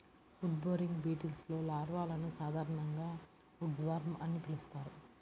wood boring బీటిల్స్లో లార్వాలను సాధారణంగా ఉడ్వార్మ్ అని పిలుస్తారు